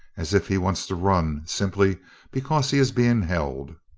as if he wants to run simply because he is being held.